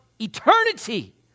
eternity